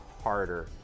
harder